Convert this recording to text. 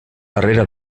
darrere